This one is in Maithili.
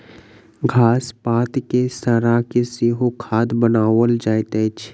घास पात के सड़ा के सेहो खाद बनाओल जाइत अछि